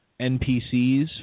NPCs